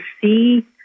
see